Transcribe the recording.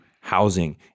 housing